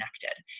connected